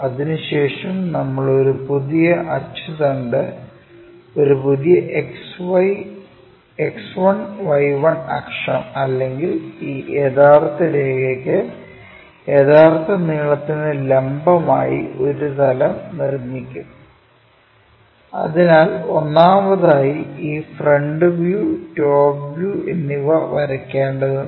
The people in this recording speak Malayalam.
അതിനുശേഷം നമ്മൾ ഒരു പുതിയ അച്ചുതണ്ട് ഒരു പുതിയ X1 Y1 അക്ഷം അല്ലെങ്കിൽ ഈ യഥാർത്ഥ രേഖയ്ക്ക് യഥാർത്ഥ നീളത്തിന് ലംബമായി ഒരു തലം നിർമ്മിക്കും അതിനാൽ ഒന്നാമതായി ഈ ഫ്രണ്ട് വ്യൂ ടോപ് വ്യൂ എന്നിവ വരയ്ക്കേണ്ടതുണ്ട്